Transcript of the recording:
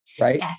Right